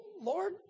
Lord